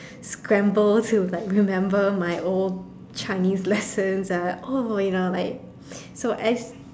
scramble to like remember my old Chinese lessons uh oh you know like so as